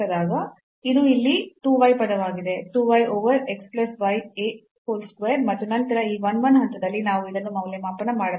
ಇದು ಇಲ್ಲಿ 2 y ಪದವಾಗಿದೆ 2 y over x plus y a whole square ಮತ್ತು ನಂತರ ಈ 1 1 ಹಂತದಲ್ಲಿ ನಾವು ಇದನ್ನು ಮೌಲ್ಯಮಾಪನ ಮಾಡಬಹುದು